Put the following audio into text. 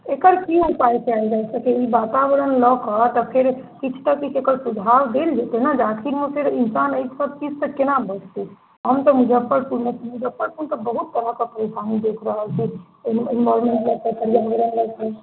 एकर की उपाय कएल जाइ किएक तऽ ई वातावरण लऽ क तऽ फेर किछु तऽ किछु एकर सुझाव देल जेतै ने जे आखिरमे फेर इन्सान एहिसब चीजसँ कोना बचतै हम तऽ मुजफ्फरपुरमे छी मुजफ्फरपुरके बहुत तरहके परेशानी देख रहल छी एहिमे एनवायरमेन्ट लऽ कऽ पर्यावरण लऽ कऽ